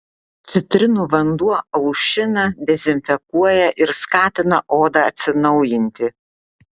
citrinų vanduo aušina dezinfekuoja ir skatina odą atsinaujinti